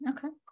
Okay